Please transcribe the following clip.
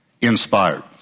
inspired